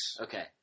Okay